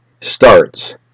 starts